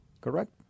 Correct